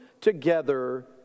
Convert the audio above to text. together